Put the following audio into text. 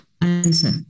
answer